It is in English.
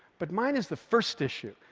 but mine is the first issue,